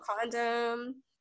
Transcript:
condom